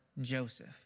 Joseph